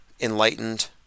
enlightened